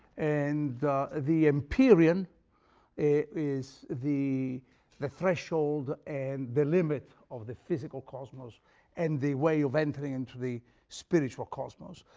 and the the empyrean is the the threshold and the limit of the physical cosmos and the way of entering into the spiritual cosmos.